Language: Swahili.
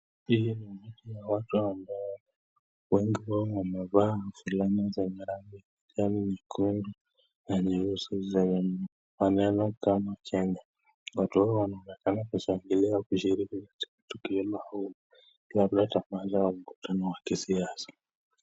Hii ni umati ya watu ambao wengi wamevaa nguo za aina ya rangi za nyeusi na yana maneno kama Kenya, watu hao wanaonekana kushangilia katika kushiriki katika mkutano wa kisiasa.